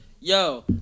yo